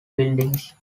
buildings